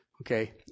Okay